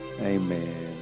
Amen